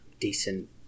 decent